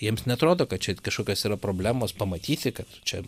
jiems neatrodo kad čia kažkokios yra problemos pamatyti kad čia